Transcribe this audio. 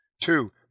Two